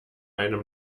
einem